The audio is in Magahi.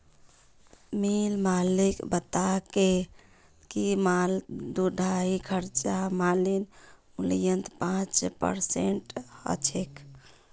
मिल मालिक बताले कि माल ढुलाईर खर्चा मालेर मूल्यत पाँच परसेंट ह छेक